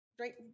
right